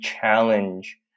challenge